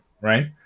Right